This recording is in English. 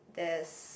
there's